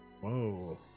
Whoa